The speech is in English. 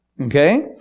Okay